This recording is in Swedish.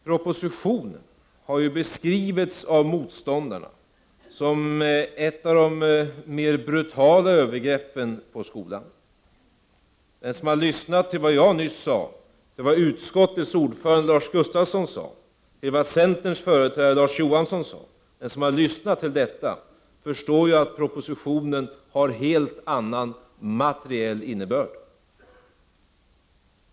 Propositionen har ju beskrivits av motståndarna som ett av de mer brutala övergreppen på skolan. Den som har lyssnat till vad jag nyss sade, till vad utskottets ordförande Lars Gustafsson sade och till vad centerns företrädare Larz Johansson sade förstår ju att propositionen har en helt annan materiell innebörd.